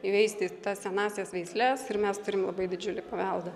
įveisti tas senąsias veisles ir mes turim labai didžiulį paveldą